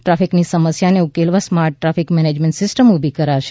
ટ્રાફીકની સમસ્યાને ઉકેલવા smart traffic management system ઉભી કરાશે